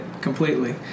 completely